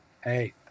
Hey